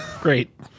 great